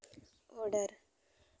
order